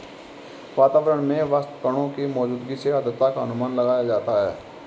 वातावरण में वाष्पकणों की मौजूदगी से आद्रता का अनुमान लगाया जाता है